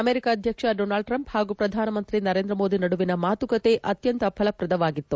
America ಅಧ್ಯಕ್ಷ Donald Trump ಮತ್ತು ಪ್ರಧಾನಮಂತ್ರಿ ನರೇಂದ್ರ ಮೋದಿ ನಡುವಿನ ಮಾತುಕತೆ ಅತ್ಯಂತ ಫಲಪ್ರದವಾಗಿತ್ತು